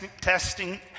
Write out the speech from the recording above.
testing